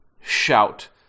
shout